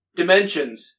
dimensions